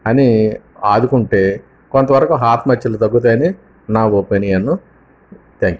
అని ఆదుకుంటే కొంతవరకు ఆత్మహత్యలు తగ్గుతాయని నా ఒపీనియన్ థాంక్ యూ